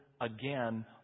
again